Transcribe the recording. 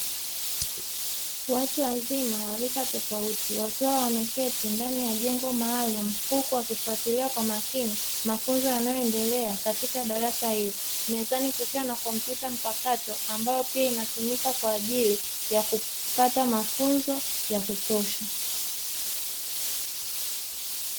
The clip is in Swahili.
Watu wazima wa rika tofauti wakiwa wameketi ndani ya jengo maalumu, huku wakifuatilia kwa makini mafunzo yanayoendelea katika darasa hilo. Mezani kukiwa na kompyuta mpakato ambayo pia inatumika kwa ajili ya kupata mafunzo ya kutosha.